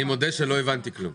אני מודה שלא הבנתי כלום.